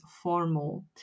formal